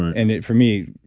and it, for me,